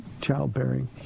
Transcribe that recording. childbearing